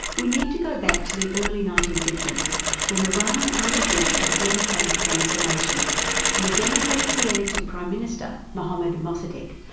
we need to go back to the early nineteen fifty s when iran underwent a democratic transformation and the democratically elected prime minister, mohammad mossaddeq,